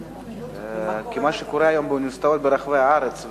מה שקורה היום באוניברסיטאות ברחבי הארץ,